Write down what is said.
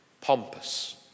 Pompous